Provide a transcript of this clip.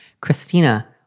Christina